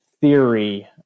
theory